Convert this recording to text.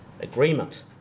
agreement